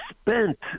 spent